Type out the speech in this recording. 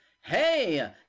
hey